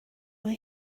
mae